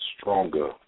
stronger